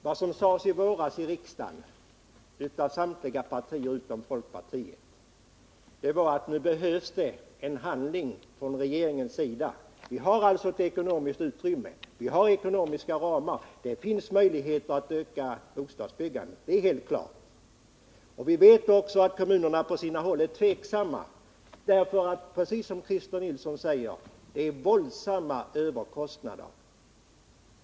Vad som sades i våras i riksdagen av samtliga partier utom folkpartiet var att det nu behövs handling från regeringens sida. Vi har ekonomiskt utrymme, och vi har ekonomiska ramar. Det finns alltså möjligheter att öka bostadsbyggandet, det är helt klart. Vi vet också att kommunerna på sina håll är tveksamma därför att det, precis som Christer Nilsson säger, är våldsamma överkostnader.